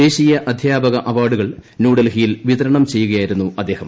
ദേശീയ അധ്യാപക അവാർഡുകൾ ന്യൂഡൽഹിയിൽ വിതരണം ചെയ്യുകയായിരുന്നു അദ്ദേഹം